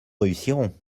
réussirons